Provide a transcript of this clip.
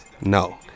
no